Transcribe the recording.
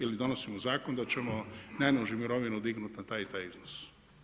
Ili, donosimo zakon da ćemo najnižu mirovinu dignut na taj i taj iznos.